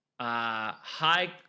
High